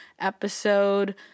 episode